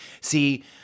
See